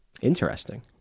Interesting